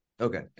Okay